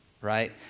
right